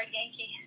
Yankee